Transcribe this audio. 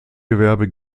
gewerbe